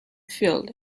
field